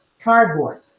cardboard